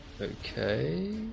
Okay